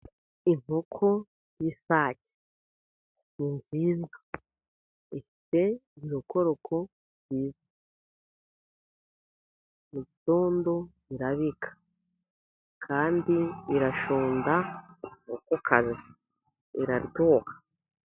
Inkoko y'isake, ni nziza ifite ururokoroko rwiza. Mu gitondo irabika, kandi irashonda inkoko kazi, iraryoha.